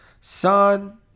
son